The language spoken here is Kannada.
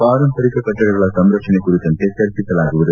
ಪಾರಂಪರಿಕ ಕಟ್ಟಡಗಳ ಸಂರಕ್ಷಣೆ ಕುರಿತಂತೆ ಚರ್ಚಿಸಲಾಗುವುದು